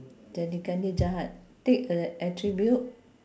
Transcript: jadikan dia jahat take a attribute